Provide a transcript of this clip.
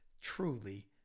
truly